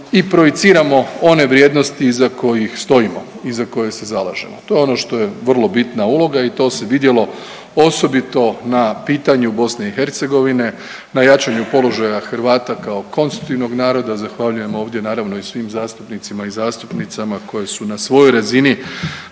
i projiciramo one vrijednosti iza kojih stojimo i za koje se zalažemo. To je ono što je vrlo bitna uloga i to se vidjelo osobito na pitanju BiH, na jačanju položaja Hrvata kao konstitutivnog naroda, zahvaljujemo ovdje naravno i svim zastupnicima i zastupnicama koji su na svojoj razini